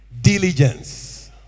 Diligence